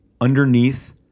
underneath